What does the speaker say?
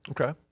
Okay